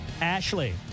Ashley